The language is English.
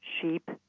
sheep